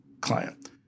client